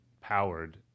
powered